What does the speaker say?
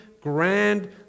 grand